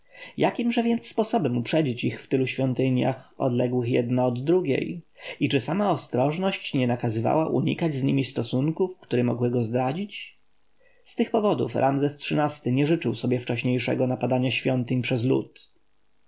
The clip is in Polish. jakimże więc sposobem uprzedzić ich w tylu świątyniach odległych jedna od drugiej i czy sama ostrożność nie nakazywała unikać z nimi stosunków które mogły ich zdradzić z tych powodów ramzes xiii-ty nie życzył sobie wcześniejszego napadania świątyń przez lud